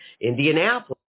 Indianapolis